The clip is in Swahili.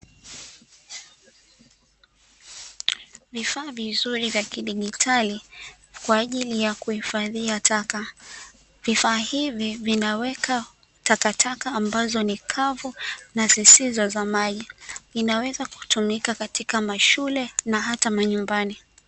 Vifaa vizuri vya kidigitali kwa ajili ya kuhifadhia taka vifaa hivi vinaaweka takataka ambazo ni kavu na zisizo za maji inaweza kutumika katika mashule na hata majumbani.